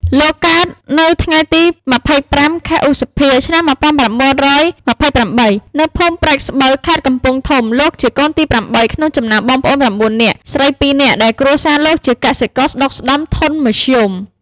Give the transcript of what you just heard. លោកកើតនៅថ្ងៃទី២៥ ខែឧសភាឆ្នាំ១៩២៨ នៅភូមិព្រែកស្បូវខេត្តកំពង់ធំ លោកជាកូនទី៨ ក្នុងចំណោមបងប្អូន៩នាក់ ស្រីពីរនាក់ ដែលគ្រួសារលោកជាកសិករស្តុកស្តម្ភធនមធ្យម។